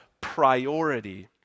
priority